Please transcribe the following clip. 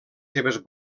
seves